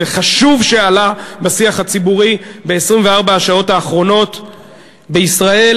וחשוב שהוא עלה בשיח הציבורי ב-24 השעות האחרונות בישראל.